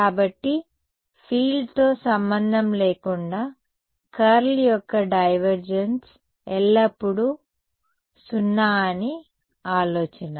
కాబట్టి ఫీల్డ్తో సంబంధం లేకుండా కర్ల్ యొక్క డైవర్జెన్స్ ఎల్లప్పుడూ 0 అని ఆలోచన